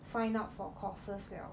sign up for courses liao